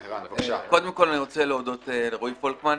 קודם כל, אני רוצה להודות לרועי פולקמן.